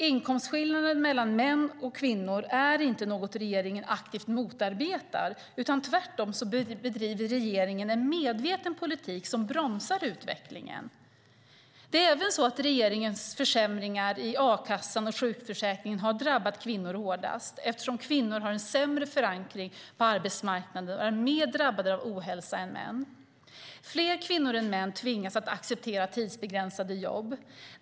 Inkomstskillnaden mellan män och kvinnor är inte något som regeringen aktivt motarbetar, utan tvärtom bedriver regeringen en medveten politik som bromsar utvecklingen. Det är även så att regeringens försämringar i a-kassan och sjukförsäkringen har drabbat kvinnor hårdast, eftersom kvinnor har en sämre förankring på arbetsmarknaden och är mer drabbade av ohälsa än män. Fler kvinnor än män tvingas acceptera tidsbegränsade jobb.